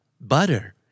Butter